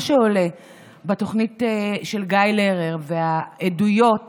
מה שעולה בתוכנית של גיא לרר, העדויות